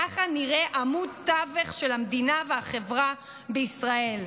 ככה נראה עמוד תווך של המדינה והחברה בישראל.